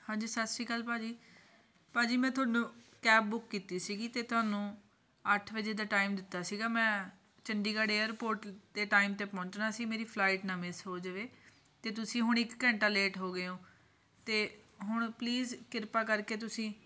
ਹਾਂਜੀ ਸਤਿ ਸ਼੍ਰੀ ਅਕਾਲ ਭਾਅ ਜੀ ਭਾਅ ਜੀ ਮੈਂ ਤੁਹਾਨੂੰ ਕੈਬ ਬੁੱਕ ਕੀਤੀ ਸੀਗੀ ਅਤੇ ਤੁਹਾਨੂੰ ਅੱਠ ਵਜੇ ਦਾ ਟਾਈਮ ਦਿੱਤਾ ਸੀਗਾ ਮੈਂ ਚੰਡੀਗੜ੍ਹ ਏਅਰਪੋਰਟ 'ਤੇ ਟਾਈਮ 'ਤੇ ਪਹੁੰਚਣਾ ਸੀ ਮੇਰੀ ਫਲਾਈਟ ਨਾ ਮਿਸ ਹੋ ਜਾਵੇ ਅਤੇ ਤੁਸੀਂ ਹੁਣ ਇੱਕ ਘੰਟਾ ਲੇਟ ਹੋ ਗਏ ਓਂ ਅਤੇ ਹੁਣ ਪਲੀਜ਼ ਕਿਰਪਾ ਕਰਕੇ ਤੁਸੀਂ